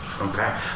Okay